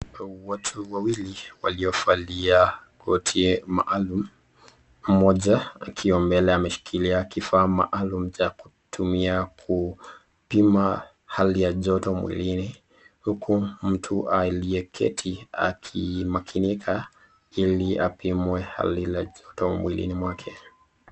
Watu wawili waliovalia koti maalum, mmoja akiwa mbele ameshikilia kifaa maalum cha kutumia kupima hali ya joto mwilini huku mtu aliyeketi akimakinika ili apimwe hali la joto mwilini mwake.